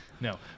No